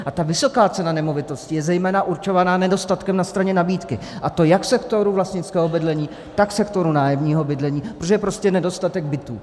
A ta vysoká cena nemovitostí je zejména určovaná nedostatkem na straně nabídky, a to jak sektoru vlastnického bydlení, tak sektoru nájemního bydlení, protože je prostě nedostatek bytů.